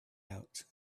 out